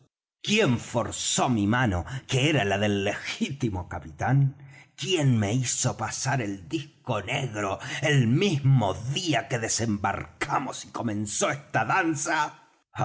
quién forzó mi mano que era la del legítimo capitán quién me hizo pasar el disco negro el mismo día que desembarcamos y comenzó esta danza